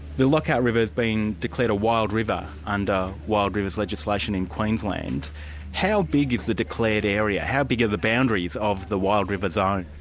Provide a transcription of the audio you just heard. the lockhart river's been declared a wild river under wild rivers legislation in queensland how big is the declared area? how big are the boundaries of the wild river zone?